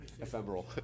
ephemeral